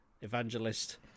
evangelist